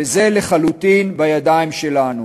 וזה לחלוטין בידיים שלנו.